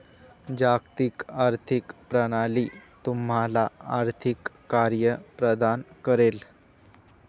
जागतिक आर्थिक प्रणाली तुम्हाला आर्थिक कार्ये प्रदान करेल